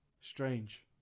strange